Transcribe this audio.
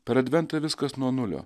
per adventą viskas nuo nulio